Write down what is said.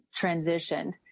transitioned